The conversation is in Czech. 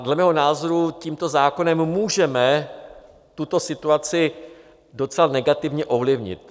Dle mého názoru tímto zákonem můžeme tuto situaci docela negativně ovlivnit.